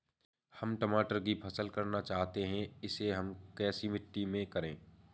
हम टमाटर की फसल करना चाहते हैं इसे कैसी मिट्टी में करें?